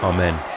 Amen